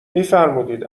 فرمودید